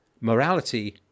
morality